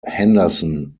henderson